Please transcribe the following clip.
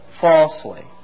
falsely